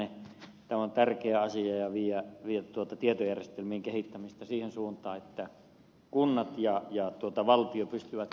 tämä on tärkeä asia viedä tietojärjestelmien kehittämistä siihen suuntaan että kunnat ja valtio pystyvät keskustelemaan keskenään